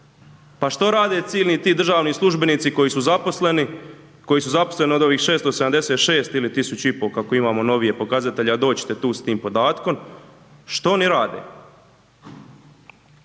Pa što rade silni ti državni službenici koji su zaposleni, koji su zaposleni od ovih 676 ili 1500, kako imamo novije pokazatelje, a doći ćete tu s tim podatkom, što oni rade?